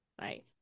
Right